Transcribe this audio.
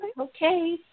Okay